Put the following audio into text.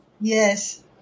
Yes